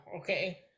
Okay